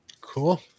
cool